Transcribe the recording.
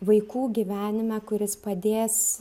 vaikų gyvenime kuris padės